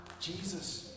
Jesus